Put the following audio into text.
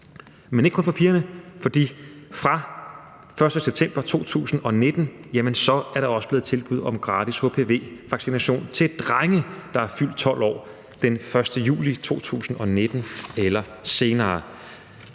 Men ikke kun for pigernes skyld, for fra den 1. september 2019 er der også kommet tilbud om gratis hpv-vaccination til drenge, der er fyldt 12 år den 1. juli 2019 eller senere.